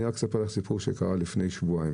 אני אספר לך סיפור שקרה לפני שבועיים